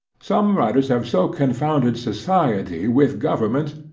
some writers have so confounded society with government,